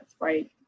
right